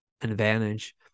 advantage